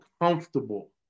comfortable